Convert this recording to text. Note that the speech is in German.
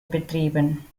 betrieben